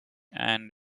and